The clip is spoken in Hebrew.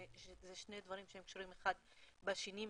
אלה שני דברים שקשורים אחד לשני,